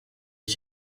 iki